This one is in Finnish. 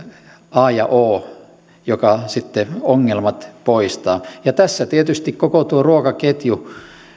a ja o joka sitten ongelmat poistaa tässä tietysti koko ruokaketju